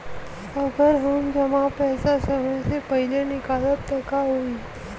अगर हम जमा पैसा समय से पहिले निकालब त का होई?